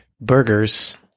Burgers